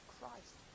Christ